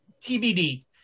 TBD